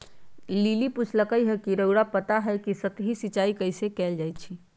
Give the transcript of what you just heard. lily पुछलई ह कि रउरा पता हई कि सतही सिंचाई कइसे कैल जाई छई